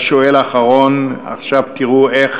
השואל האחרון, עכשיו תראו איך